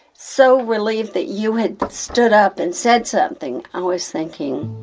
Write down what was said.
so relieved that you had stood up and said something i was thinking,